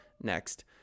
next